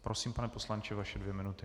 Prosím, pane poslanče, vaše dvě minuty.